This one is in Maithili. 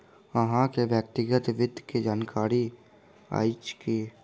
अहाँ के व्यक्तिगत वित्त के जानकारी अइछ की?